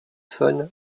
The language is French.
faune